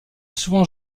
souvent